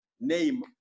name